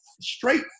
straight